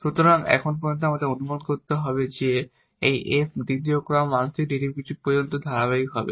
সুতরাং এখন আমাদের অনুমান করতে হবে যে এই f দ্বিতীয় ক্রম আংশিক ডেরিভেটিভস পর্যন্ত ধারাবাহিক হবে